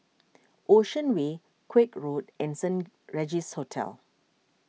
Ocean Way Koek Road and Saint Regis Hotel